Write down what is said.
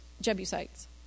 Jebusites